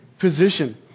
position